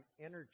energy